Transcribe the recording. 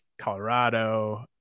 Colorado